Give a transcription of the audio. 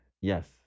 Yes